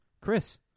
Chris